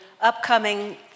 upcoming